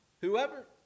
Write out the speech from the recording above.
Whoever